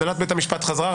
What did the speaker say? הנהלת בית המשפט חזרה?